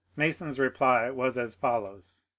mason's reply was as follows